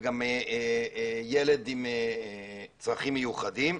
וגם ילד עם צרכים מיוחדים.